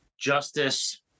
justice